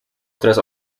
tres